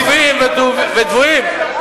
ודוויים.